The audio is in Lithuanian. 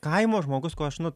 kaimo žmogus ko aš nu